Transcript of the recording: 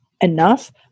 enough